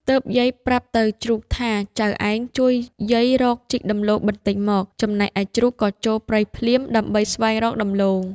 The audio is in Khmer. ទើបយាយប្រាប់ទៅជ្រូកថា ចៅឯងជួយយាយរកជីកដំឡូងបន្ដិចមក ចំណែកឯជ្រូកក៏ចូលព្រៃភ្លាម ដើម្បីស្វែងរកដំឡូង។